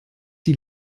die